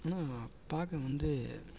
ஆனால் பார்க்க வந்து